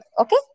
Okay